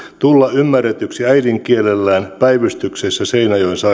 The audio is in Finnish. tulla ymmärretyksi äidinkielellään päivystyksessä seinäjoen sairaalassa